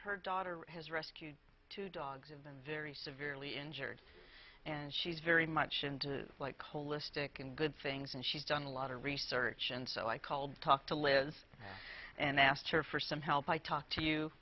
her daughter has rescued two dogs have been very severely injured and she's very much and like kolisch stick and good things and she's done a lot of research and so i called to talk to lives and asked her for some help i talked to you